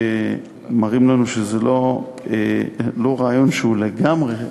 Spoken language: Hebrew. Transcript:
שמראים לנו שזה לא רעיון שהוא לגמרי חדש,